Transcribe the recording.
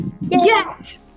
Yes